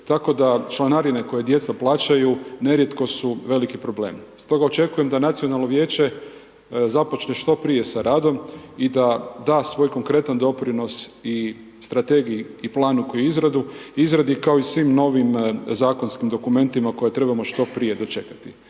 tako da članarine koje djeca plaćaju, nerijetko su veliki problem. Stoga očekujem da nacionalno vijeće započne što prije sa radom i da da svoj konkretan doprinos i strategiji i planu koji je u izradi, kao i svim novim zakonskim dokumentima koje trebamo što prije dočekati.